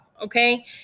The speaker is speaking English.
okay